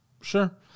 Sure